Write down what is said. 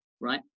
right